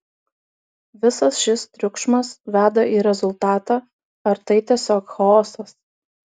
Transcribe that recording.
visas šis triukšmas veda į rezultatą ar tai tiesiog chaosas